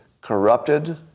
corrupted